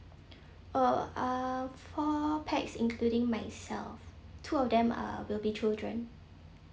oh uh four pax including myself two of them uh will be children